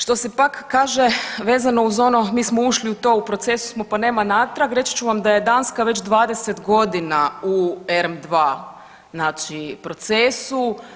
Što se pak kaže vezano uz ono mi smo ušli u to, u procesu smo pa nema natrag reći ću vam da je Danska već 20 godina u R2 procesu.